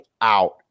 out